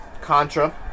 Contra